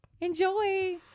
Enjoy